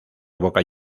boca